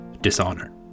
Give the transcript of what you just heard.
Dishonor